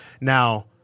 Now